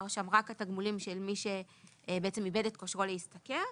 שם רק התגמולים של מי שאיבד את כושרו להשתכר,